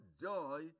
joy